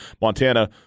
Montana